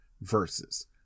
versus